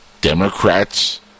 Democrats